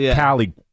Callie